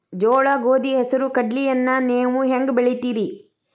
ಜೋಳ, ಗೋಧಿ, ಹೆಸರು, ಕಡ್ಲಿಯನ್ನ ನೇವು ಹೆಂಗ್ ಬೆಳಿತಿರಿ?